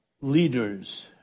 leaders